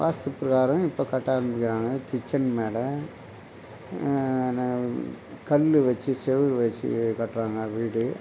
வாஸ்து பிரகாரம் இப்போ கட்ட ஆரம்மிக்கிறாங்க கிச்சன் மேடை ந கல் வெச்சு செவரு வெச்சு கட்டுறாங்க வீடு